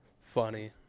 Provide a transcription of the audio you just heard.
funny